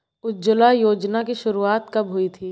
उज्ज्वला योजना की शुरुआत कब हुई थी?